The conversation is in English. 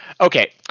okay